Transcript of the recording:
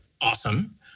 awesome